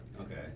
Okay